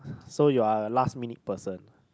so you're a last minute person